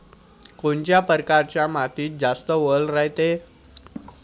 कोनच्या परकारच्या मातीत जास्त वल रायते?